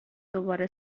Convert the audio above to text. دوباره